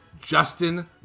Justin